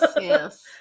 yes